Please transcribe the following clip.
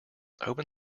open